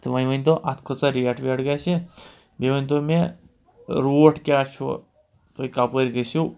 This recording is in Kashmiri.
تہٕ وۄنۍ ؤنۍتو اَتھ کۭژاہ ریٹ ویٹ گژھِ بیٚیہِ ؤنۍتو مےٚ روٹھ کیٛاہ چھُوٕ تُہۍ کَپٲرۍ گٔژھِو